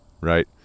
right